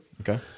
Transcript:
Okay